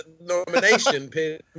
nomination